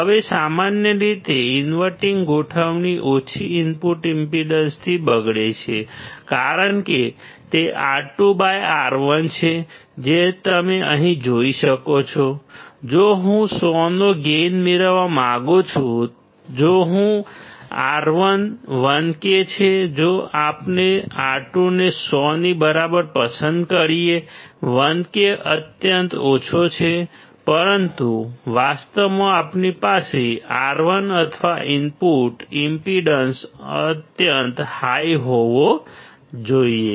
હવે સામાન્ય રીતે ઇન્વર્ટીંગ ગોઠવણી ઓછી ઇનપુટ ઈમ્પેડન્સથી બગડે છે કારણ કે તે R2R1 છે જે તમે અહીં જોઈ શકો છો જો હું 100 નો ગેઇન મેળવવા માંગુ છું જો R1 1K છે જો આપણે R2 ને 100 ની બરાબર પસંદ કરીએ 1K અત્યંત ઓછો છે પરંતુ વાસ્તવમાં આપણી પાસે R1 અથવા ઇનપુટ ઈમ્પેડન્સ અત્યંત હાઈ હોવો જોઈએ